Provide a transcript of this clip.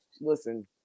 listen